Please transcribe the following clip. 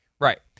Right